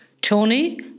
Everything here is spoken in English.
Tony